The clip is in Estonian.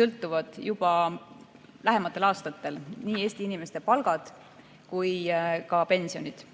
sõltuvad juba lähematel aastatel nii Eesti inimeste palgad kui ka pensionid.